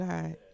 God